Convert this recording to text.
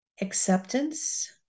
acceptance